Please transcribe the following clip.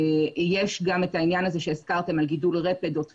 יש גם גידול רפד או טפחות.